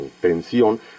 tensión